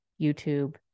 YouTube